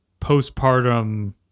postpartum